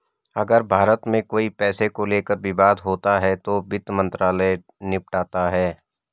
अगर भारत में कोई पैसे को लेकर विवाद होता है तो वित्त मंत्रालय निपटाता है